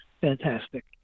fantastic